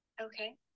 Okay